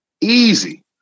easy